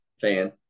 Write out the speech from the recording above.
fan